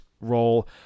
role